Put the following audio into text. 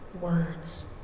words